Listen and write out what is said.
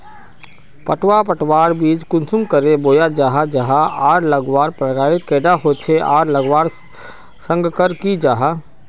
पटवा पटवार बीज कुंसम करे बोया जाहा जाहा आर लगवार प्रकारेर कैडा होचे आर लगवार संगकर की जाहा?